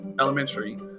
elementary